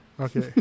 okay